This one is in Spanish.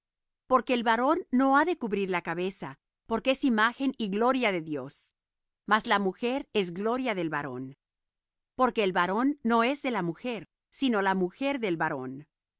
porque el varón no ha de cubrir la cabeza porque es imagen y gloria de dios mas la mujer es gloria del varón porque el varón no es de la mujer sino la mujer del varón